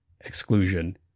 exclusion